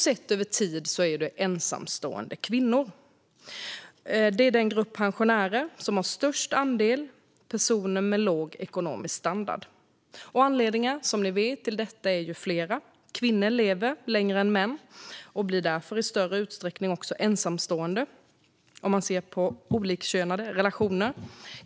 Sett över tid är det ensamstående kvinnor som är den grupp av pensionärer som har störst andel personer med låg ekonomisk standard. Anledningarna är som ni vet flera. Kvinnor lever längre än män och blir därför i större utsträckning ensamstående. Det gäller om man ser på olikkönade relationer.